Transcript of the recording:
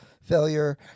failure